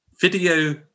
Video